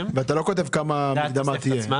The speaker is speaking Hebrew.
זכאי, כנגד המס החל על הכנסתו